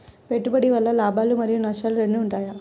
పెట్టుబడి వల్ల లాభాలు మరియు నష్టాలు రెండు ఉంటాయా?